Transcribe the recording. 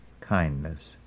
kindness